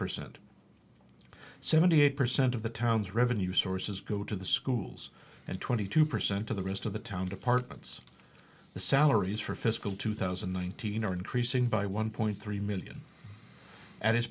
percent seventy eight percent of the town's revenue sources go to the schools and twenty two percent of the rest of the town departments the salaries for fiscal two thousand and nineteen are increasing by one point three million at his